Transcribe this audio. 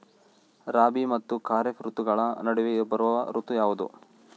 ರಾಬಿ ಮತ್ತು ಖಾರೇಫ್ ಋತುಗಳ ನಡುವೆ ಬರುವ ಋತು ಯಾವುದು?